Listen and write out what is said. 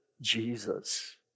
Jesus